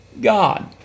God